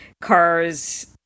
cars